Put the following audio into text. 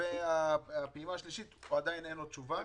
לגבי הפעימה השלישית עדיין אין לו תשובה.